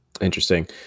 Interesting